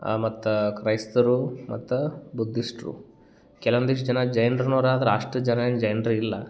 ಮತ್ತು ಕ್ರೈಸ್ತರು ಮತ್ತ ಬುದ್ಧಿಷ್ಟ್ರು ಕೆಲವೊಂದಿಷ್ಟು ಜನ ಜೈನರು ಆರ ಆದ್ರ ಅಷ್ಟೆ ಜನ ಜೈನ್ರು ಇಲ್ಲ